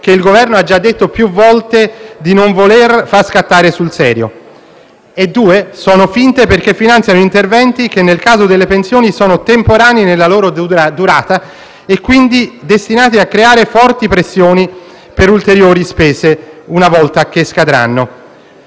che il Governo ha già detto più volte di non voler far scattare sul serio. In secondo luogo, sono finte perché finanziano interventi che, nel caso delle pensioni, sono temporanei nella loro durata e, quindi, destinati a creare forti pressioni per ulteriori spese una volta scaduti.